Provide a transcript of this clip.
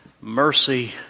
mercy